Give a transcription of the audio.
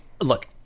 Look